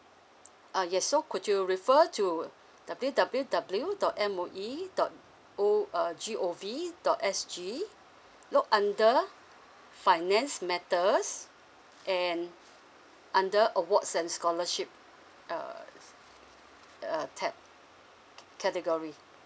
uh yes so could you refer to w w w dot m o e dot o uh g o v dot s g look under finance matters and under awards and scholarship err err tab category